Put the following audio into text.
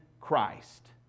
Christ